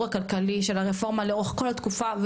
הכלכלי של הרפורמה לאורך כל התקופה,